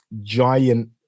giant